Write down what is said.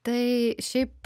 tai šiaip